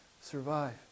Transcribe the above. survive